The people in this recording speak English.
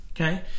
Okay